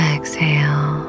Exhale